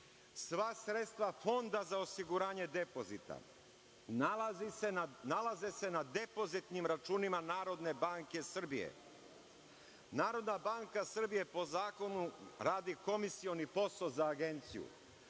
sva sredstva Fonda za osiguranje depozita, nalaze se na depozitnim računima Narodne banke Srbije. Narodna banka Srbije po zakonu radi komisioni posao za Agenciju,